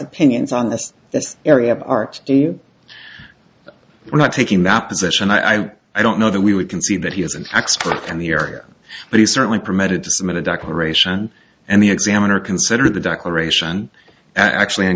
opinions on this this area of art we're not taking that position i i don't know that we would concede that he is an expert in the area but he certainly permitted to submit a declaration and the examiner considered the declaration actually in